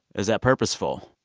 was that purposeful?